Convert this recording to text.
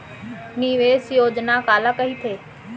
निवेश योजना काला कहिथे?